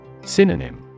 Synonym